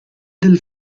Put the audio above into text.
del